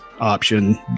option